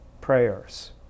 prayers